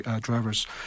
driver's